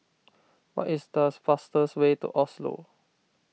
what is the fastest way to Oslo